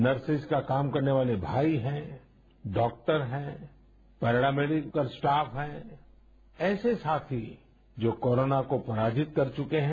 nurses का काम करने वाले भाई हैं डॉक्टर हैं पैरा मेडिकल स्टाफ हैं ऐसे साथी जो कोरोना को पराजित कर चुके हैं